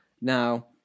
Now